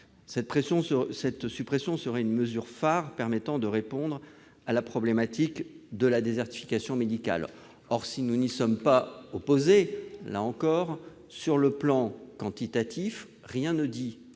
Cette suppression serait la mesure phare permettant de répondre à la problématique de la désertification médicale. Or, si nous n'y sommes pas opposés, rien ne prouve que le nombre